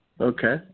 Okay